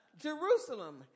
Jerusalem